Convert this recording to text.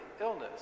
illness